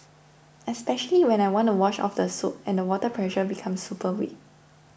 especially when I want to wash off the soap and the water pressure becomes super weak